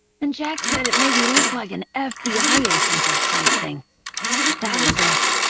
and jack said it made me look like an an fbi agent or something. but that was it.